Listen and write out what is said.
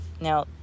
now